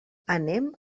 anem